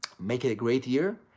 make it a great year.